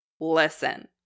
Listen